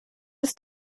ist